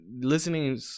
listening